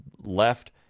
left